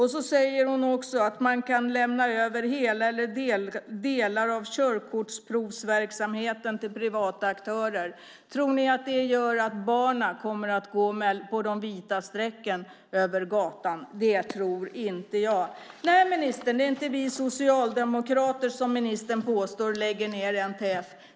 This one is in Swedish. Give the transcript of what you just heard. Hon säger också att man kan lämna över hela eller delar av körkortsprovsverksamheten till privata aktörer. Tror ni att det gör att barnen kommer att gå på de vita strecken över gatan? Det tror inte jag. Nej, det är inte vi socialdemokrater som lägger ned NTF, som ministern påstår.